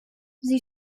sie